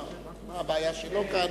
הבעיה שלו כאן?